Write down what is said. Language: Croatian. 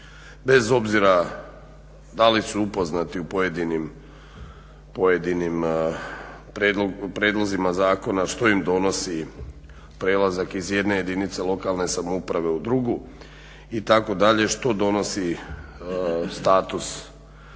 bez obzira da li su upoznati u pojedinim prijedlozima zakona što im donosi prelazak iz jedne jedinice lokalne samouprave u drugu itd., što donosi mijenjanje